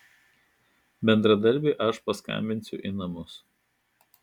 bendradarbiui aš paskambinsiu į namus